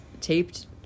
taped